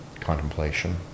contemplation